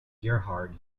gerhard